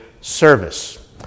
service